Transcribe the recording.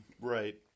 Right